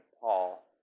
Paul